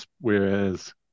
whereas